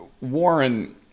warren